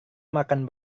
makan